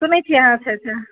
सुनैत छियै अहाँ अच्छा अच्छा